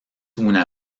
una